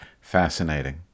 Fascinating